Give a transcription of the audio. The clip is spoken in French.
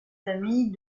familles